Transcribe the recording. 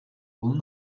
will